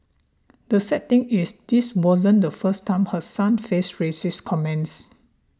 the sad thing is this wasn't the first time her son faced racist comments